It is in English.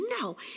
no